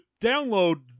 download